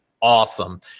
Awesome